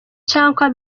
canke